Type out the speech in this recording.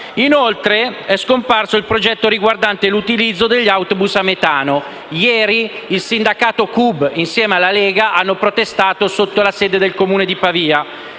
Inoltre, è scomparso il progetto riguardante l'utilizzo degli autobus a metano. Ieri il sindacato CUB, insieme alla Lega, ha protestato sotto la sede del Comune di Pavia.